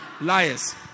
Liars